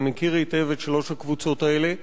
אני מכיר היטב את שלוש הקבוצות האלה.